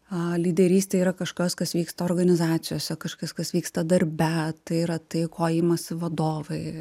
a lyderystė yra kažkas kas vyksta organizacijose kažkas kas vyksta darbe tai yra tai ko imasi vadovai